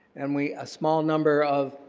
and we a small number of